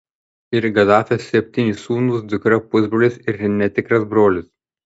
ir gadafio septyni sūnūs dukra pusbrolis ir netikras brolis